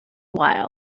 while